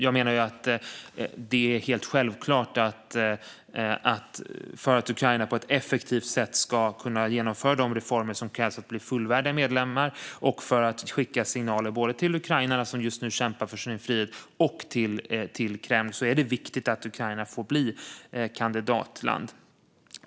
Jag menar att det, för att Ukraina på ett effektivt sätt ska kunna genomföra de reformer som krävs för att bli fullvärdig medlem och för att skicka signaler både till de ukrainare som just nu kämpar för sin frihet och till Kreml, är helt självklart och viktigt att Ukraina får bli kandidatland.